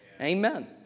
Amen